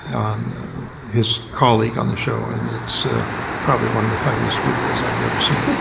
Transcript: on his colleague on the show and it's ah probably one of the funniest videos i've ever seen.